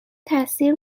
تأثیر